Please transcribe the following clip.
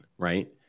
Right